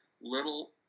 little